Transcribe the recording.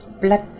blood